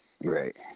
Right